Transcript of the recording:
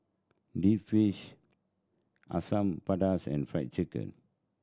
deep fish Asam Pedas and Fried Chicken